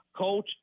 coach